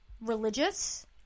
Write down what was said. religious